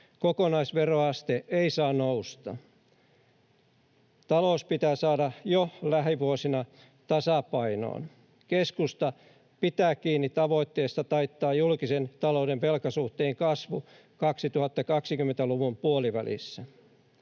Kokonaisveroaste ei saa nousta. Talous pitää saada jo lähivuosina tasapainoon. Keskusta pitää kiinni tavoitteesta taittaa julkisen talouden velkasuhteen kasvu 2020-luvun puolivälissä.